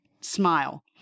smile